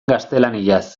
gaztelaniaz